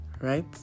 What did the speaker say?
right